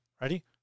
Ready